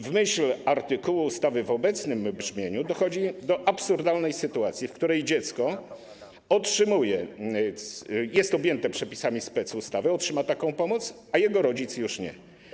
W myśl artykułu ustawy w obecnym brzmieniu dochodzi do absurdalnej sytuacji, w której dziecko jest objęte przepisami specustawy i otrzyma taką pomoc, a jego rodzic już nie.